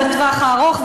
בטווח הארוך,